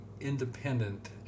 independent